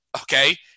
Okay